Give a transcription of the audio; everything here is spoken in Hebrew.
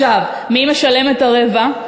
מי משלם את הרבע?